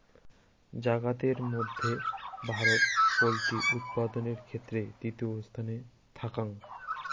জাগাতের মধ্যে ভারত পোল্ট্রি উৎপাদানের ক্ষেত্রে তৃতীয় স্থানে থাকাং